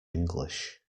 english